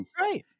Right